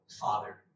father